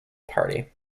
party